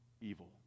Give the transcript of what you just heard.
evil